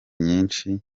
nyinshi